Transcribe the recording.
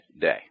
day